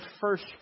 first